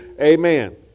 amen